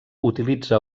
utilitza